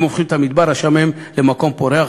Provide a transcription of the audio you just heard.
הם הופכים את המדבר השמם למקום פורח,